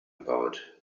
about